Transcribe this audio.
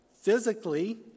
physically